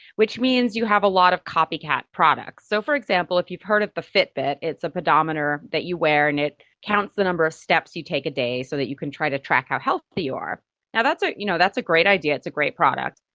which means you have a lot of copycat products. so, for example, if you've heard of the fitbit, it's a pedometer that you wear and it counts the number of steps you take a day so that you can try to track how healthy you are. yeah that's a you know that's a great idea, is a great product,